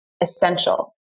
essential